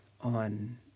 on